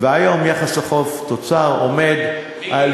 והיום יחס החוב תוצר עומד על